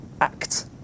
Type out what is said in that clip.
act